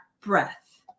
breath